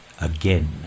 again